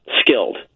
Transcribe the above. skilled